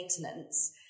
maintenance